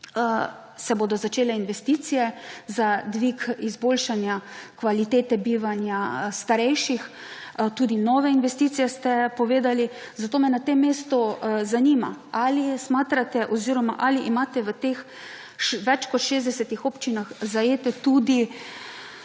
se bodo začele investicije za dvig izboljšanja kvalitete bivanja starejših, tudi nove investicije ste povedali, zato me na tem mestu zanima, ali smatrate oziroma ali imate v teh več kot šestdesetih občinah, zajete tudi